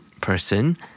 person